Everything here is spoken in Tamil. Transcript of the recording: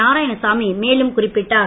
நாராயணசாமி மேலும் குறிப்பிட்டார்